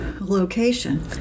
location